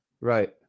Right